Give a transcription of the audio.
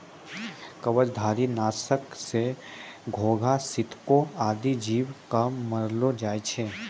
कवचधारी? नासक सँ घोघा, सितको आदि जीव क मारलो जाय छै